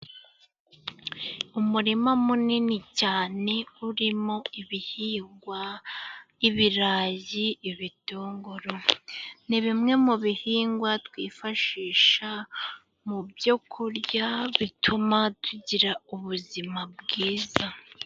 Umurima munini cyane urimo ibihingwa. Ibirayi, ibitunguru ni bimwe mu bihingwa twifashisha mu byo kurya bituma tugira ubuzima bwiza.